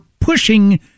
pushing